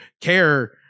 care